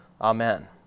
Amen